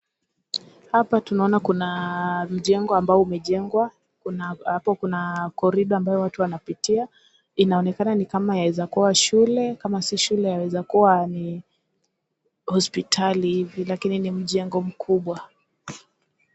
Hapa tunaona kuna majengo hapo kuna korido ambayo watu wanapitia. Inaonekana kama inaweza kuwa shule. Kama si shule yaweza kuwa ni hospitali hivi, lakini ni majengo mkubwa.